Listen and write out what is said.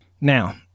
Now